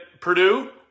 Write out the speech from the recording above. Purdue